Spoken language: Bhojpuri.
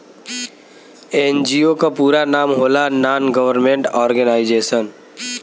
एन.जी.ओ क पूरा नाम होला नान गवर्नमेंट और्गेनाइजेशन